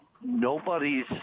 nobody's